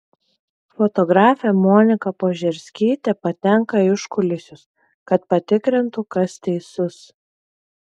fotografė monika požerskytė patenka į užkulisius kad patikrintų kas teisus